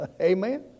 Amen